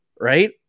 right